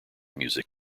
music